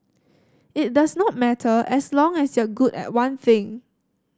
it does not matter as long as you're good at one thing